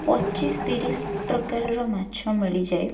ପଚିଶି ତିରିଶି ପ୍ରକାରର ମାଛ ମିଳିଯାଏ